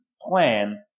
plan